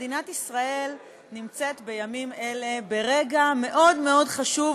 מדינת ישראל נמצאת בימים אלה ברגע מאוד מאוד חשוב,